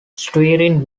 steering